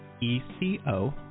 E-C-O